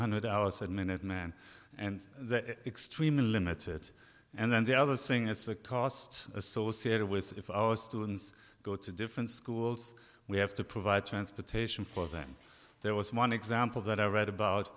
hundred hours of minutemen and extremely limited and then the other thing is the cost associated with our students go to different schools we have to provide transportation for them there was one example that i read about